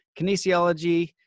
Kinesiology